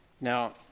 Now